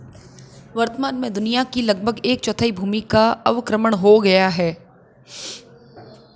वर्तमान में दुनिया की लगभग एक चौथाई भूमि का अवक्रमण हो गया है